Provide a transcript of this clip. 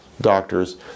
doctors